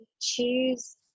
choose